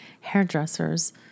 hairdressers